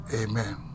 amen